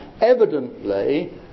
evidently